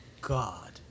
God